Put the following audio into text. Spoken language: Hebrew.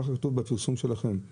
כך כתוב בפרסום שלכם.